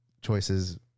choices